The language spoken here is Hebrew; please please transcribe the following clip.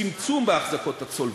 צמצום באחזקות הצולבות,